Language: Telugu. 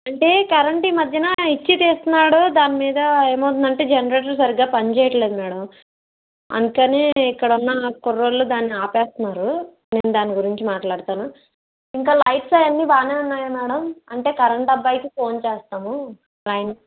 అంటే కరెంటు ఈ మధ్యన ఎక్కువ తీస్తున్నారు దాని మీద ఏమవుతుందంటే జనరేటర్లు సరిగా పనిచేయట్లేదు మేడం అందుకని ఇక్కడున్న కుర్రోళ్ళు దాన్ని ఆపెస్తున్నారు నేను దాని గురించి మాట్లాడుతాను ఇంకా లైట్స్ ఆవన్నీ బాగానే ఉన్నాయా మేడం అంటే కరెంటు అబ్బాయికి ఫోన్ చేస్తాము లైన్